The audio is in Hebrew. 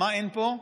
מה אין פה?